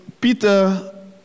Peter